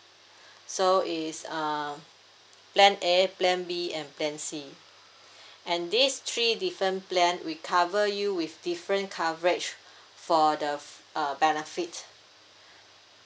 so is um plan A plan B and plan C and this three different plan we cover you with different coverage for the f~ uh benefit